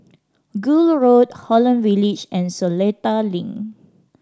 Gul Road Holland Village and Seletar Link